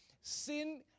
Sin